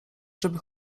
żeby